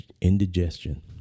indigestion